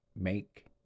make